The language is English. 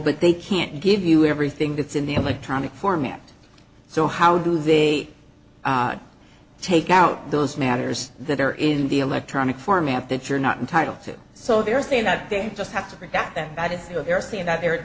but they can't give you everything that's in the electronic format so how do they take out those matters that are in the electronic format that you're not entitled to so they're saying that they just have to print out that bad you know they're saying that the